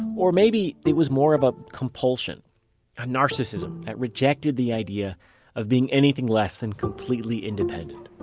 or maybe it was more of a compulsion a narcissism that rejected the idea of being anything less than completely independent.